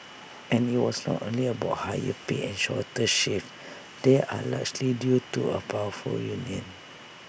and IT was not only about higher pay and shorter shifts they are largely due to A powerful union